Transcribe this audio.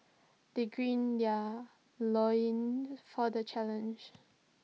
they green their loins for the challenge